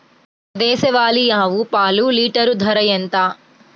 దేశవాలీ ఆవు పాలు లీటరు ధర ఎంత?